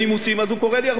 אני לא יכול להתנגד לזה.